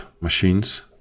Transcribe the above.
machines